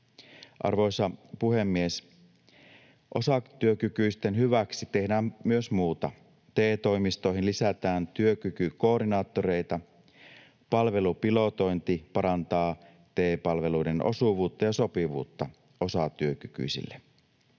Arvoisa puhemies! Osatyökykyisten hyväksi tehdään myös muuta: TE-toimistoihin lisätään työkykykoordinaattoreita. Palvelupilotointi parantaa TE-palveluiden osuvuutta ja sopivuutta osatyökykyisille.